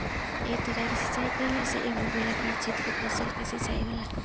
एह तरह के सिचाई कईला से एगो गोलाकार क्षेत्र के फसल के सिंचाई होला